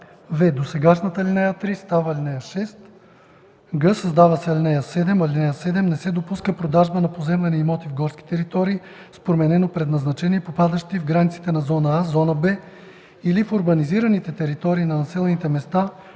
в) досегашната ал. 3 става ал. 6; г) създава се ал. 7: „(7) Не се допуска продажба на поземлени имоти в горски територии с променено предназначение, попадащи в границите на зона „А”, зона „Б” или в урбанизираните територии на населените места